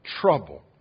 trouble